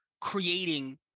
creating